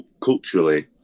culturally